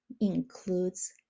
includes